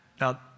Now